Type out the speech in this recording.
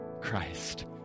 Christ